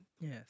yes